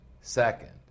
Second